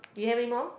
you have anymore